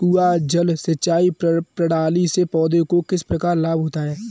कुआँ जल सिंचाई प्रणाली से पौधों को किस प्रकार लाभ होता है?